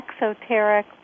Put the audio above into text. exoteric